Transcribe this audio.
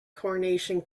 coronation